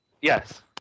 Yes